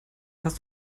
hast